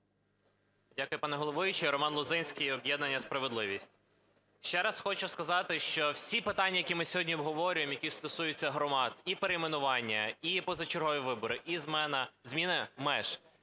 Дякую, пане головуючий. Роман Лозинський, об'єднання "Справедливість". Ще раз хочу сказати, що всі питання, які ми сьогодні обговорюємо, які стосуються громад: і перейменування, і позачергові вибори і зміна меж